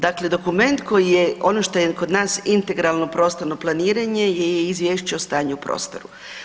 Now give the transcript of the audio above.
Dakle dokument koji je, ono što je kod nas integralno prostorno planiranje je i Izvješće o stanju u prostoru.